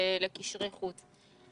לקשרי חוץ.